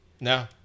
No